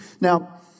Now